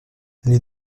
les